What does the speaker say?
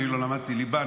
אני לא למדתי ליבה,